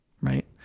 Right